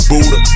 Buddha